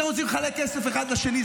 אתם רוצים לחלק כסף אחד לשני?